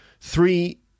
three